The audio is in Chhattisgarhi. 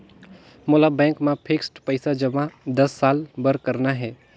मोला बैंक मा फिक्स्ड पइसा जमा दस साल बार करना हे?